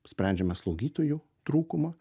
sprendžiame slaugytojų trūkumą